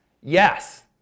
yes